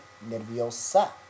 nerviosa